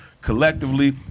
collectively